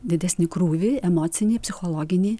didesnį krūvį emocinį psichologinį